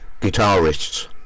guitarists